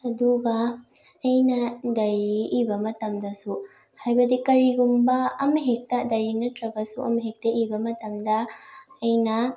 ꯑꯗꯨꯒ ꯑꯩꯅ ꯗꯥꯏꯔꯤ ꯏꯕ ꯃꯇꯝꯗꯁꯨ ꯍꯥꯏꯕꯗꯤ ꯀꯔꯤꯒꯨꯝꯕ ꯑꯃ ꯍꯦꯛꯇ ꯗꯥꯏꯔꯤ ꯅꯠꯇ꯭ꯔꯒꯁꯨ ꯑꯃ ꯍꯦꯛꯇ ꯏꯕ ꯃꯇꯝꯗ ꯑꯩꯅ